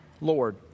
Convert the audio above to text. Lord